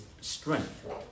strength